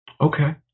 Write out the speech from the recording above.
Okay